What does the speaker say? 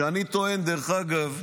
שאני טוען, דרך אגב,